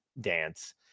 dance